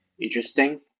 Interesting